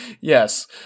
yes